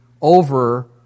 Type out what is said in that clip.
over